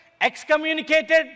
excommunicated